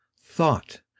Thought